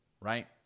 right